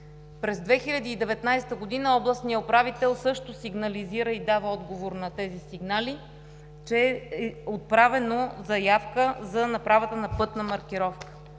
През 2019 г. областният управител също сигнализира и дава отговор на тези сигнали, че е отправена заявка за направата на пътна маркировка.